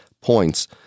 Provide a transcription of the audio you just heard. points